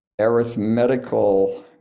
arithmetical